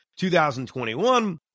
2021